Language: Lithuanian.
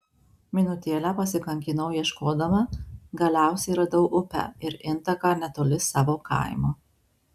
minutėlę pasikankinau ieškodama galiausiai radau upę ir intaką netoli savo kaimo